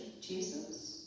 Jesus